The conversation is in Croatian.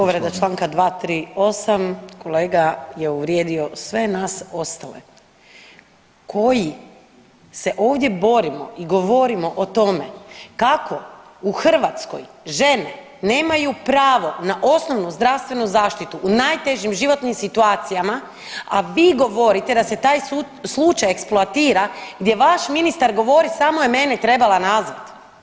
Povreda Članka 238., kolega je uvrijedio sve nas ostale koji se ovdje borimo i govorimo o tome kako u Hrvatskoj žene nemaju pravo na osnovnu zdravstvenu zaštitu u najtežim životnim situacijama, a vi govorite da se taj sud, slučaj eksploatira gdje vaš ministar govori samo je mene trebala nazvati.